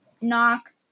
knock